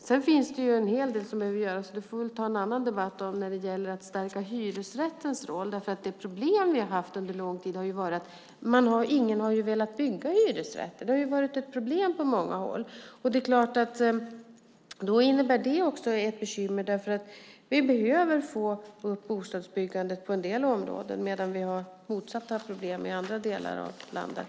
Det finns en hel del som behöver göras - det får vi väl ta en annan debatt om - när det gäller att stärka hyresrättens roll. Det problem vi har haft under lång tid har varit att ingen har velat bygga hyresrätter. Det har varit ett problem på många håll. Då innebär det också ett bekymmer. Vi behöver få upp bostadsbyggandet i en del områden, medan vi har motsatta problem i andra delar av landet.